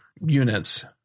units